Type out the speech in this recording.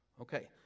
Okay